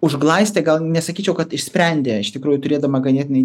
užglaistė gal nesakyčiau kad išsprendė iš tikrųjų turėdama ganėtinai